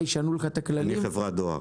ישנו לך את הכללים -- אני חברת דואר.